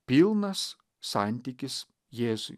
pilnas santykis jėzui